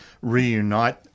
reunite